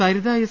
Saritha S